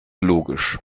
logisch